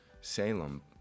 Salem